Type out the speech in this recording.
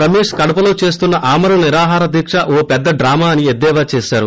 రమేశ్ కడపలో చేస్తున్న ఆమరణ నిరాహార దీక్ష ఓ పెద్ద డ్రామా అని ఎద్దేవా చేశారు